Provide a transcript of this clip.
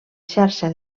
xarxa